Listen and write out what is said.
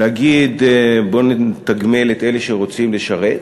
להגיד: בוא נתגמל את אלה שרוצים לשרת,